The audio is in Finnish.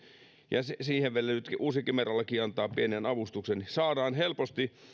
ja siihen vielä nyt uusi kemera laki antaa pienen avustuksen saadaan helposti